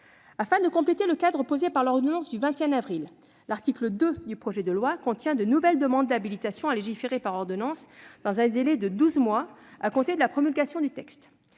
Afin de compléter le cadre posé par l'ordonnance du 21 avril 2021, l'article 2 du projet de loi contient de nouvelles demandes d'habilitation à légiférer par ordonnance dans un délai de douze mois à compter de la promulgation du texte.